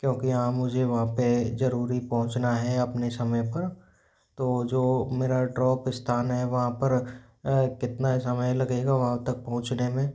क्योंकि यहाँ मुझे वहाँ पे ज़रूरी पहुंचना है अपने समय पर तो जो मेरा ड्रॉप स्थान है वहाँ पर कितना समय लगेगा वहाँ तक पहुंचने में